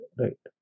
right